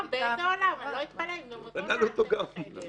אני לא אתפלא אם גם אותו נעלתם בחדר.